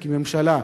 כממשלה,